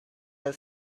had